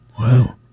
wow